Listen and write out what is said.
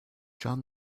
john